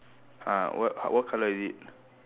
uh what what colour is it